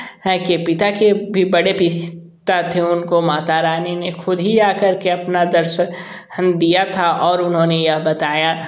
हैं के पिता के भी बड़े पिता थे उनको माता रानी ने खुद ही आकर के अपना दर्शन दिया था और उन्होंने यह बताया